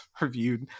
reviewed